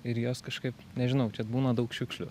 ir jos kažkaip nežinau čia būna daug šiukšlių